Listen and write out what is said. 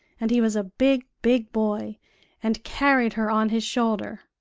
and he was a big, big boy and carried her on his shoulder.